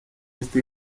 este